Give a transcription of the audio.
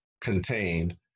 contained